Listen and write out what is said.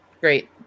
great